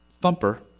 Thumper